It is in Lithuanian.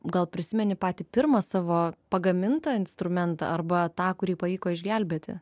gal prisimeni patį pirmą savo pagamintą instrumentą arba tą kurį pavyko išgelbėti